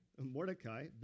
Mordecai